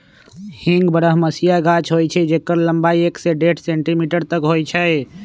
हींग बरहमसिया गाछ होइ छइ जेकर लम्बाई एक से डेढ़ सेंटीमीटर तक होइ छइ